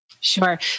Sure